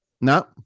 No